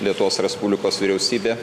lietuvos respublikos vyriausybė